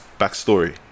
Backstory